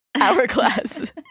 Hourglass